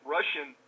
Russian